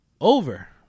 Over